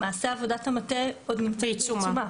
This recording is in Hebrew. למעשה, עבודת המטה עוד בעיצומה.